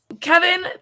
Kevin